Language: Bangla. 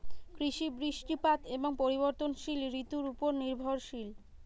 কৃষি বৃষ্টিপাত এবং পরিবর্তনশীল ঋতুর উপর নির্ভরশীল